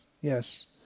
Yes